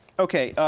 okay, ah,